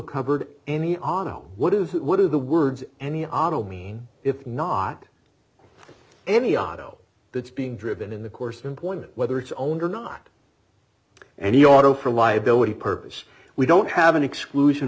covered any auto what is what are the words any auto mean if not any auto that's being driven in the course of employment whether it's own or not any auto for liability purpose we don't have an exclusion